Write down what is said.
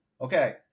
okay